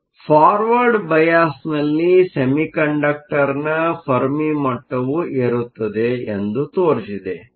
ಆದ್ದರಿಂದ ಫಾರ್ವರ್ಡ್ ಬಯಾಸ್ನಲ್ಲಿ ಸೆಮಿಕಂಡಕ್ಟರ್ನ ಫೆರ್ಮಿ ಮಟ್ಟವು ಏರುತ್ತದೆ ಎಂದು ತೋರಿಸಿದೆ